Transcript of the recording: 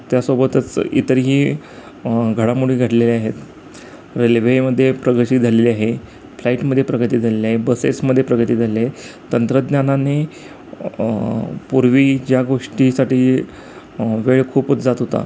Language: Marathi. त्यासोबतच इतरही घडामोडी घडलेल्या आहेत रेल्वेमध्ये प्रगती झालेली आहे फ्लाईटमधे प्रगती झालेली आहे बसेसमधे प्रगती झालेली आहे तंत्रज्ञानाने पूर्वी ज्या गोष्टीसाठी वेळ खूपच जात होता